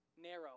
Narrow